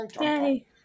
Yay